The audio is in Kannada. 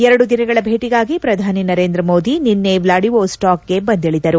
ಎರಡು ದಿನಗಳ ಭೇಟಿಗಾಗಿ ಪ್ರಧಾನಿ ನರೇಂದ್ರ ಮೋದಿ ನಿನ್ನೆ ವ್ಲಾಡಿವೋಸ್ವಾಕ್ಗೆ ಬಂದಿಳಿದರು